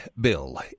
Bill